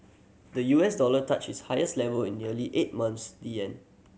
the U S dollar touch its highest level in nearly eight months the yen